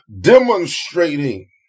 demonstrating